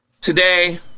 Today